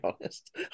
honest